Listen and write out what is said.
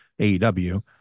AEW